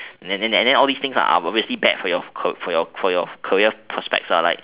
and then and then all these things are obviously bad for your career prospects